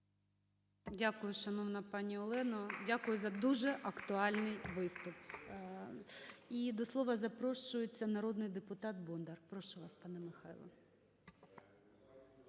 Дякую, шановна пані Олена, дякую за дуже актуальний виступ. І до слова запрошується народний депутат Бондар. Прошу вас, пане Михайле.